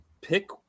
Pick